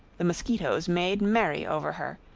the mosquitoes made merry over her,